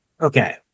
Okay